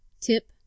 Tip